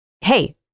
Hey